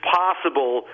possible